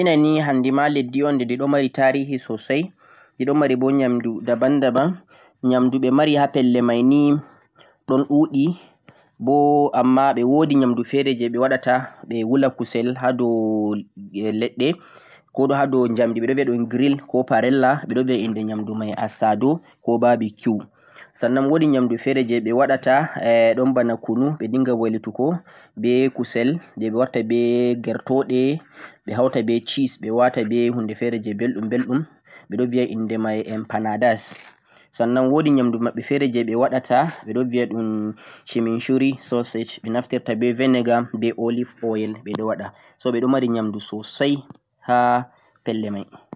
leddi Argentina ni handi ma di ɗo mari mari tarihi sosai, di ɗo mari bo nyamdu daban daban, nyamdu ɓe ɗo mari ha pelle mai ni ɗon ɗu'ɗi bo amma ɓe wo'di nyamdu fe're je ɓe waɗa ta, ɓe wula kusel ha ha dow leɗɗe, ko bo ha dow njamdi ɓe ɗo viya ɗum grill ko parella ɓe viya inde nyamdu mai asado, ko barbecue, sannan wo'di nyamdu fe're je ɓe waɗata ɗon bana kunu, ɓe dinga wailutugo be kusel je ɓe waɗa ta be gerto'ɗe ɓe hauta be cheese ɓe wata be hunde fe're je belɗum belɗum ɓe ɗo viya ɗum inde mai em panadas, sannan wo'di nyamdu maɓɓe fe're je ɓe waɗata ɓe ɗon viya ɗum shinosuri sausage ɓe ɗon naftira be vinegar, be olive oil ɓe ɗo waɗa so ɓe ɗo mari nyamdu sosai ha pelle mai.